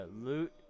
loot